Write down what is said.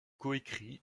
coécrit